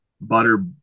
butter